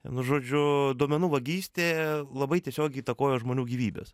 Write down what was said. vienu žodžiu duomenų vagystė labai tiesiogiai įtakoja žmonių gyvybes